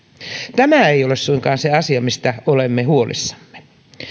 tämä ei ole suinkaan se asia mistä olemme huolissamme me